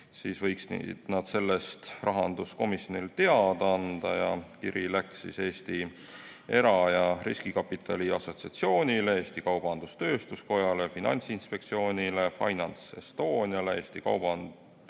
siis võiks nad sellest rahanduskomisjonile teada anda. Kiri läks Eesti Era- ja Riskikapitali Assotsiatsioonile, Eesti Kaubandus-Tööstuskojale, Finantsinspektsioonile, FinanceEstoniale, Eesti